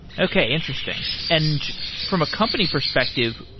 okay. interesting. and from a company perspective,